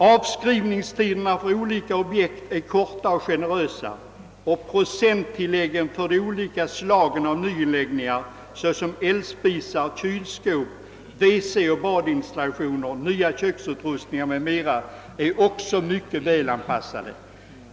Avskrivningstiderna för olika objekt är korta och generösa, och även procenttilläggen för de olika slagen av nyinläggningar, såsom elspisar, kylskåp, WC och badinstallationer, nya köksutrustningar m.m., är mycket välanpassade.